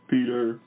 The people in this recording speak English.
Peter